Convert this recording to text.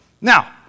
Now